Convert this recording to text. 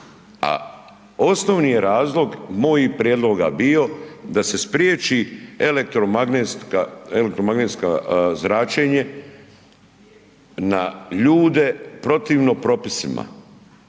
osnovni je razlog mojih prijedloga bio da se spriječi elektromagnetska zračenje na ljude protivno propisima.